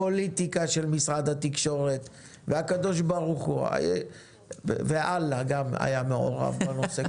הפוליטיקה של משרד התקשורת והקדוש-ברוך-הוא וגם אללה היה מעורב בנושא.